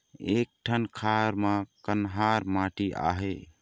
एक ठन खार म कन्हार माटी आहे?